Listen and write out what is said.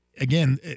again